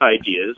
ideas